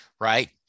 right